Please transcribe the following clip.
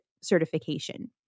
certification